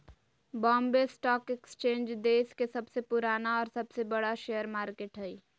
Bombay stock exchange देश के सबसे पुराना और सबसे बड़ा शेयर मार्केट हइ